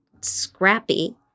scrappy